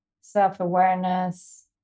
self-awareness